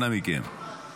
אנא מכם, שקט.